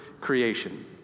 creation